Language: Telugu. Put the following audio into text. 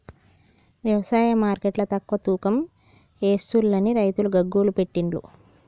వ్యవసాయ మార్కెట్ల తక్కువ తూకం ఎస్తుంలని రైతులు గగ్గోలు పెట్టిన్లు